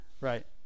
Right